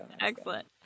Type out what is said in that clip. Excellent